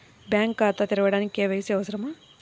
Bank ఖాతా తెరవడానికి KYC అవసరమా?